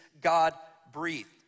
God-breathed